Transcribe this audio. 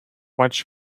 watch